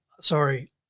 sorry